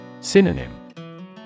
Synonym